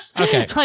Okay